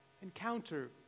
encounter